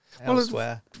elsewhere